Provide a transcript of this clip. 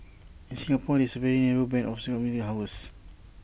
in Singapore there is A very narrow Band of commuting hours